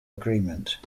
agreement